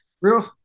Real